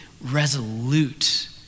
resolute